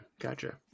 gotcha